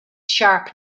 sharp